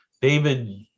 David